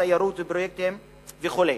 תיירות ופרויקטים וכו'.